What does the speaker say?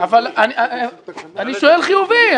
אני שואל חיובי.